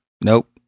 Nope